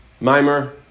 Mimer